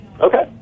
okay